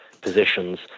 positions